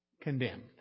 condemned